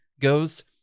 goes